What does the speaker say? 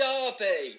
Derby